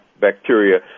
bacteria